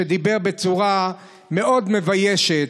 שדיבר בצורה מאוד מביישת,